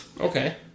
Okay